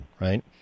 right